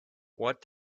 what